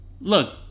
Look